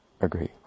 agree